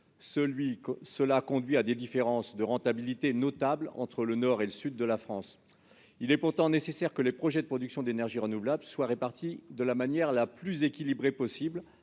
Cela conduit à des différences de rentabilité notable entre le nord et le sud de la France. Il est pourtant nécessaire que les projets de production d'énergies renouvelables soient répartis de façon la plus équilibrée possible,